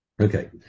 Okay